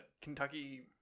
Kentucky